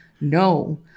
no